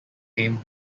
aim